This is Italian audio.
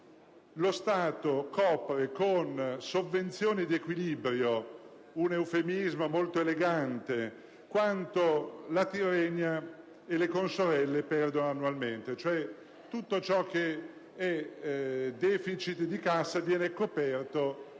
lo Stato copre con sovvenzioni di equilibrio (un eufemismo molto elegante) quanto la Tirrenia e le consorelle perdono annualmente, cioè tutto il *deficit* di cassa viene coperto